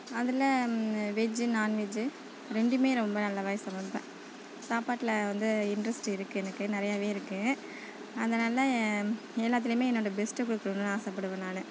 அதில் veg non veg ரெண்டுமே ரொம்ப நல்லா சமைப்பேன் சாப்பாட்டில் வந்து இன்ட்ரஸ்ட்டு இருக்குது எனக்கு நிறையாவே இருக்குது அதனால் எல்லாத்துலேயுமே என்னோடய பெஸ்ட்டை கொடுக்கணும்னு ஆசைப்படுவேன் நான்